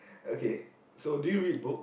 okay so do you read book